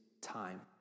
time